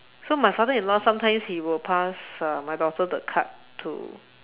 so my father in law sometimes he will pass uh my daughter the card to